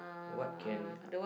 what can I